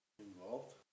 Involved